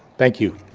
thank you.